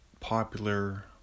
Popular